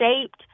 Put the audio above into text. shaped